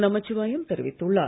நமச்சிவாயம் தெரிவித்துள்ளார்